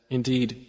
Indeed